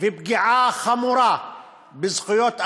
ופגיעה חמורה בזכויות אדם,